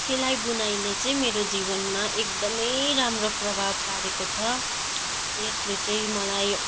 सिलाइ बुनाइले चाहिँ मेरो जीवनमा एकदम राम्रो प्रभाव पारेको छ यसले चाहिँ मलाई